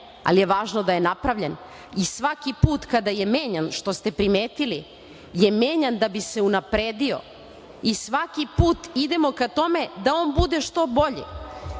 ali je važno da je napravljen. I svaki put kada je menjan, što ste primetili, je menjan da bi se unapredio. I svaki put idemo ka tome da on bude što bolji,